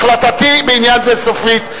החלטתי בעניין זה סופית.